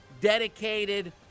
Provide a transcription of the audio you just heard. dedicated